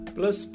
Plus